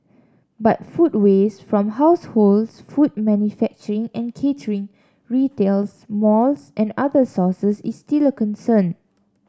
but food waste from households food manufacturing and catering retails malls and other sources is still a concern